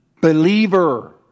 believer